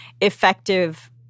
effective